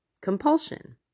Compulsion